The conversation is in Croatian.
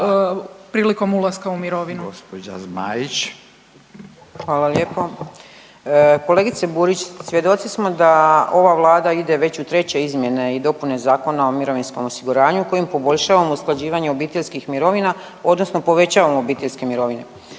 Gospođa Zmajić. **Zmaić, Ankica (HDZ)** Hvala lijepo. Kolegice Burić svjedoci smo da ova Vlada ide već u treće izmjene i dopune Zakona o mirovinskom osiguranju kojim poboljšavamo usklađivanje obiteljskih mirovina, odnosno povećavamo obiteljske mirovine.